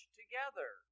together